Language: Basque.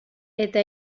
eta